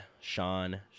Sean